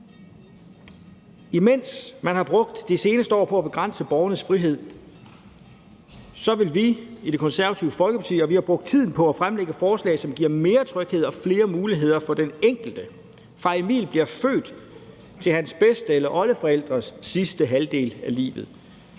Imens man har brugt de seneste år på at begrænse borgernes frihed, vil vi og har vi i Det Konservative Folkeparti brugt tiden på at fremlægge forslag, som giver mere tryghed og flere muligheder for den enkelte, fra Emil bliver født, til hans bedste- eller oldeforældres sidste halvdel af livet.